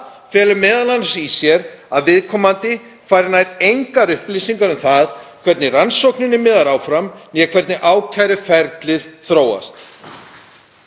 felur m.a. í sér að viðkomandi fær nær engar upplýsingar um það hvernig rannsókninni miðar áfram né hvernig ákæruferlið þróast.